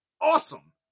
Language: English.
awesome